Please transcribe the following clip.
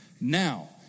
Now